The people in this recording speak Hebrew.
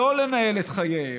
לא לנהל את חייהם,